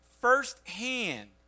firsthand